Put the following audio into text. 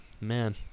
man